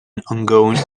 ongoing